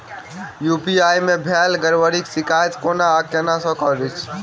UPI मे भेल गड़बड़ीक शिकायत केना कऽ सकैत छी?